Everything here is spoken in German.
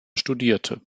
studierte